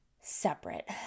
separate